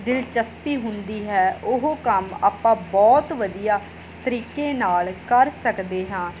ਦਿਲਚਸਪੀ ਹੁੰਦੀ ਹੈ ਉਹ ਕੰਮ ਆਪਾਂ ਬਹੁਤ ਵਧੀਆ ਤਰੀਕੇ ਨਾਲ ਕਰ ਸਕਦੇ ਹਾਂ